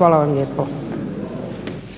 Josip (SDP)**